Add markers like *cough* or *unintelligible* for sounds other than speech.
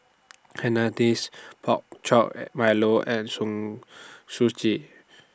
Hainanese Pork Chop *noise* Milo and *unintelligible* Suji